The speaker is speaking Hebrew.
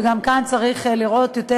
וגם כאן צריך לראות יותר,